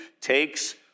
takes